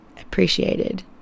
appreciated